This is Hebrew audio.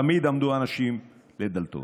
תמיד עמדו אנשים ליד דלתו.